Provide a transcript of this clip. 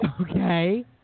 Okay